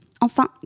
Enfin